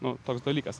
nu toks dalykas